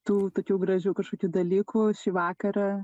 tų tokių gražių kažkokių dalykų šį vakarą